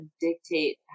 dictate